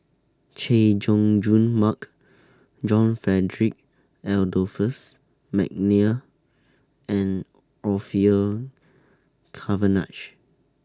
Chay Jung Jun Mark John Frederick Adolphus Mcnair and Orfeur Cavenagh